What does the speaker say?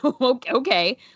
okay